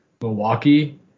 Milwaukee